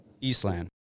eastland